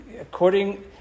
according